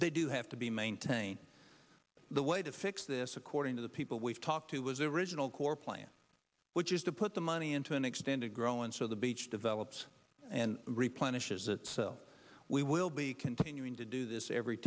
they do have to be maintained the way to fix this according to the people we've talked to was original core plan which is to put the money into an extended growin so the beach develops and replenishes it so we will be continuing to do this every